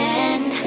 end